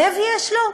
לב יש לו?